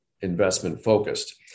investment-focused